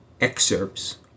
excerpts